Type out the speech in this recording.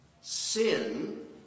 Sin